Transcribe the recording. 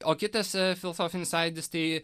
o kitas filosofinis sąjūdis tai